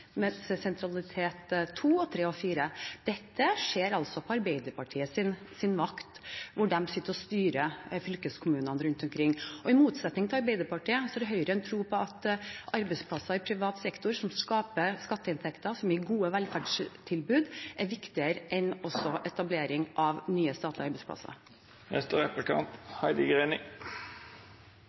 og 6, til kommuner i sentralitetsklasser 2, 3 og 4. Dette skjer altså på Arbeiderpartiets vakt, når de sitter og styrer fylkeskommuner rundt omkring. I motsetning til Arbeiderpartiet har Høyre en tro på at arbeidsplasser i privat sektor, som skaper skatteinntekter og gir gode velferdstilbud, er viktigere enn etablering av nye statlige arbeidsplasser.